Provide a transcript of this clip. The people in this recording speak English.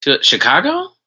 Chicago